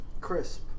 Crisp